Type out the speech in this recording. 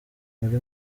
muri